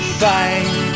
fight